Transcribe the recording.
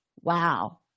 Wow